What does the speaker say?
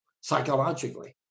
psychologically